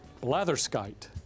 Blatherskite